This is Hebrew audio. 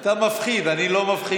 אתה מפחיד, אני לא מפחיד.